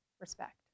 respect